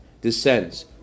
descends